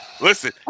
Listen